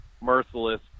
Merciless